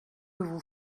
vous